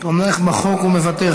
תומך בחוק ומוותר.